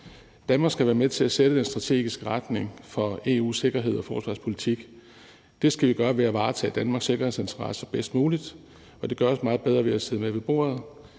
Danmark skal være med til at sætte den strategiske retning for EU's sikkerhed og forsvarspolitik, og det skal vi gøre ved at varetage Danmarks sikkerhedsinteresser bedst muligt, og det gøres meget bedre ved at sidde med ved bordet.